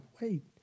wait